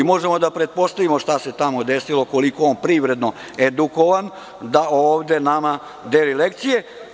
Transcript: Možemo da pretpostavimo šta se tamo desilo, koliko je on privredno edukovan da ovde nama deli lekcije.